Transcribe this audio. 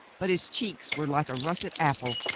but his cheeks were like a russet apple,